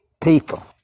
people